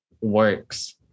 works